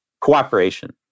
cooperation